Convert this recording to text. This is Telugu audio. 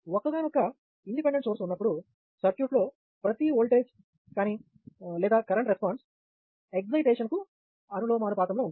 ఒక్కగానొక్క ఇండిపెండెంట్ సోర్స్ ఉన్నప్పుడు సర్క్యూట్లో ప్రతి ఓల్టేజ్ కానీ లేదా కరెంటు రెస్పాన్స్ ఎక్సుటేషన్ కి అనులోమానుపాతంలో ఉంటుంది